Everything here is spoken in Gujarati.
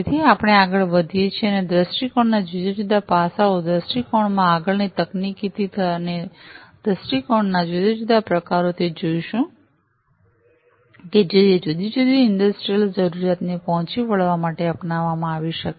તેથી આપણે આગળ વધીએ છીએ અને દૃષ્ટિકોણના જુદા જુદા પાસાઓ દૃષ્ટિકોણમાં આગળની તકનીકી થી અને દૃષ્ટિકોણના જુદા જુદા પ્રકારો થી જોઈશુકે જે જુદી જુદી ઇંડસ્ટ્રિયલ જરૂરિયાતોને પહોંચી વળવા માટે અપનાવવામાં આવી શકે